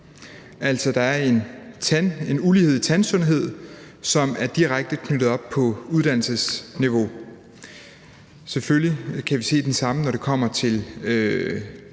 Der er altså en ulighed i tandsundhed, som er direkte knyttet op på uddannelsesniveau. Selvfølgelig kan vi se det samme, når det kommer til